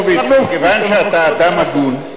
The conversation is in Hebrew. מכיוון שאתה אדם הגון,